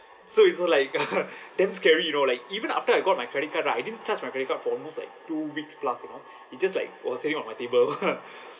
so it's like damn scary you know like even after I got my credit card right I didn't trust my credit card for almost like two weeks plus you know it just like was sitting on my table